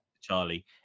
Charlie